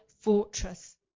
fortress